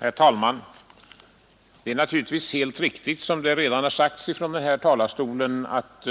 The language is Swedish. Herr talman! Det är naturligtvis helt riktigt, som redan sagts från denna talarstol, att